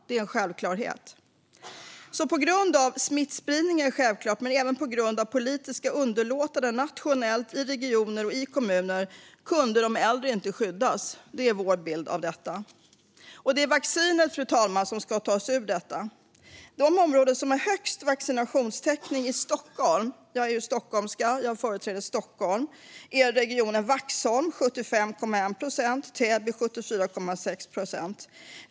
Det är en självklarhet. På grund av smittspridningen men också på grund av politiska underlåtanden nationellt, i regioner och i kommuner kunde de äldre inte skyddas. Det är vår bild av detta. Fru talman! Det är vaccinet som ska ta oss ur detta. Jag är stockholmska, och jag företräder Stockholm. De områden som har högst vaccinationstäckning i Stockholm är i regionen Vaxholm med 75,1 procent och Täby med 74,6 procent.